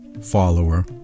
follower